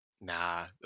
Nah